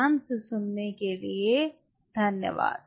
धन्यवाद